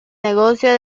negocio